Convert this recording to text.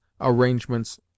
arrangements